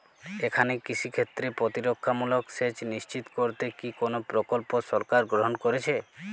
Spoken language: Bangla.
এখানে কৃষিক্ষেত্রে প্রতিরক্ষামূলক সেচ নিশ্চিত করতে কি কোনো প্রকল্প সরকার গ্রহন করেছে?